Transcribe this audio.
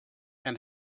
and